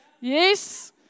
Yes